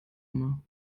immer